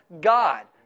God